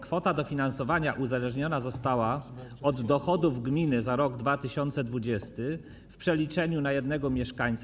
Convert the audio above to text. Kwota dofinansowania uzależniona została od dochodów gminy za rok 2020 w przeliczeniu na jednego mieszkańca.